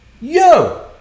Yo